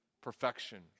perfection